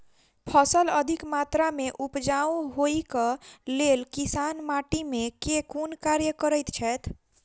फसल अधिक मात्रा मे उपजाउ होइक लेल किसान माटि मे केँ कुन कार्य करैत छैथ?